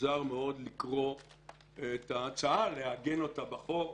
מוזר מאוד לקרוא את ההצעה לעגן אותה בחוק.